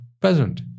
present